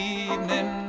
evening